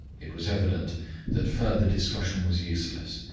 it was evident that further discussion was useless,